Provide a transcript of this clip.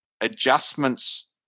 adjustments